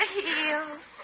heels